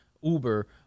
Uber